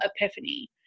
epiphany